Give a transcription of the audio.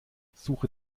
suche